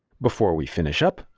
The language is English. before we finish up,